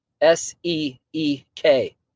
S-E-E-K